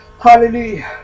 Hallelujah